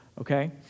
Okay